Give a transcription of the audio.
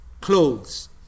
clothes